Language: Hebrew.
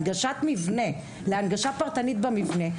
אם הוא הגיש בקשה להנגשת מבנה להנגשה פרטנית במבנה,